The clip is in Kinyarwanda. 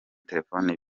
telefoni